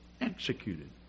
executed